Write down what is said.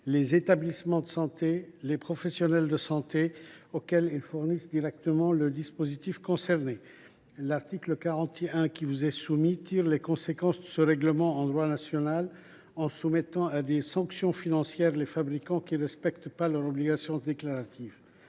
les établissements et les professionnels de santé auxquels ils fournissent directement le dispositif concerné. L’article 41 tire les conséquences de ce règlement dans notre droit national en imposant des sanctions financières aux fabricants qui ne respecteraient pas leurs obligations déclaratives.